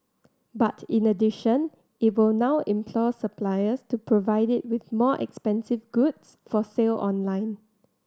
but in addition it will now implore suppliers to provide it with more expensive goods for sale online